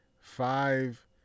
five